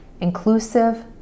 inclusive